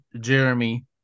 Jeremy